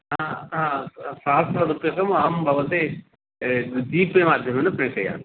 हा अतः सहस्ररूप्यकम् अहं भवते जिपे माध्यमेन प्रेषयामि